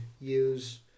use